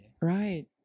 Right